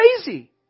crazy